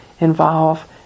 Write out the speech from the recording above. involve